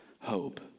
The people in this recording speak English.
hope